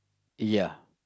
ya